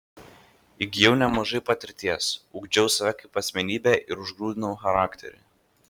įgijau nemažai patirties ugdžiau save kaip asmenybę ir užgrūdinau charakterį